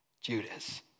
Judas